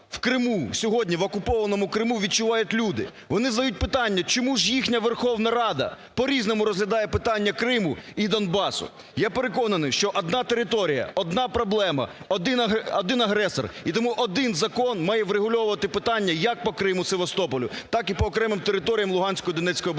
у Криму, сьогодні в окупованому Криму відчувають люди? Вони задають питання, чому ж їхня Верховна Рада по-різному розглядає питання Криму і Донбасу? Я переконаний, що одна територія, одна проблема, один агресор, І тому один закон має врегульовувати питання як по Криму, Севастополю, так і по окремим територіям Луганської і Донецької областей.